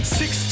six